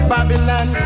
Babylon